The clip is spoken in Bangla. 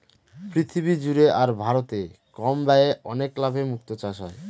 পৃথিবী জুড়ে আর ভারতে কম ব্যয়ে অনেক লাভে মুক্তো চাষ হয়